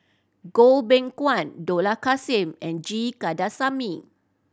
Goh Beng Kwan Dollah Kassim and G Kandasamy